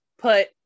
put